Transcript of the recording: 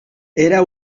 era